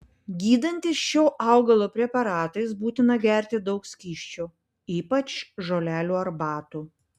gydantis šio augalo preparatais būtina gerti daug skysčių ypač žolelių arbatų